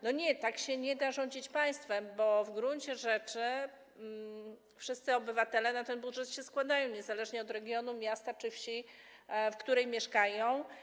Nie, tak się nie da rządzić państwem, bo w gruncie rzeczy wszyscy obywatele na ten budżet się składają, niezależnie od regionu, miasta czy wsi, w których mieszkają.